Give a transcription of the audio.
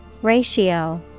Ratio